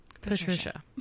Patricia